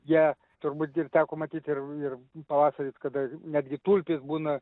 ją turbūt ir teko matyt ir pavasaris kada netgi tulpės būna